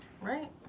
right